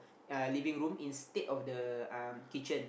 uh living room instead of um kitchen